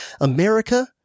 America